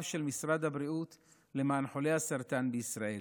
של משרד הבריאות למען חולי הסרטן בישראל.